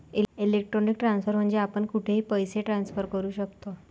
electronic transfer म्हणजे आपण कुठेही पैसे ट्रान्सफर करू शकतो